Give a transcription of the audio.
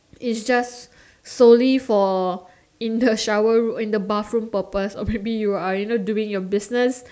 is just soley for in the shower room in the bathroom purpose or maybe you are you know doing your business